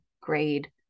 grade